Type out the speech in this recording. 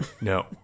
No